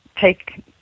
take